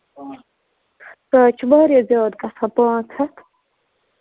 پانٛژھ ہَتھ سُے چھُ واریاہ زیادٕ گژھان پانٛژھ ہَتھ